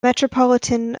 metropolitan